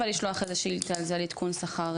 לשלוח איזו שאילתה על זה על עדכון שכר.